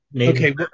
okay